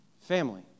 Family